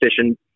fishing